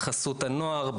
בחסות הנוער,